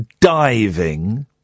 diving